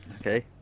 Okay